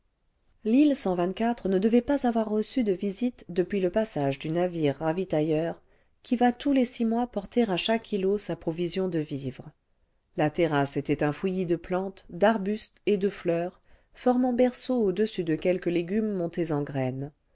l'île ne devait pas avoir reçu de visites depuis le passage du navire ravitailleur qui va tous les six mois porter à chaque îlot sa ju'ovision de vivres la terrasse était un fouillis de plantes d'arbustes et de fleurs formant berceau an dessus de quelques légumes montés en graines